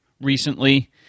recently